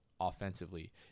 offensively